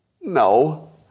No